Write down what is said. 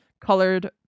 colored